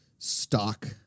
Stock